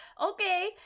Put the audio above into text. Okay